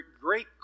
great